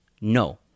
no